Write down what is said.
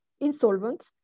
insolvent